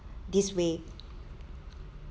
this way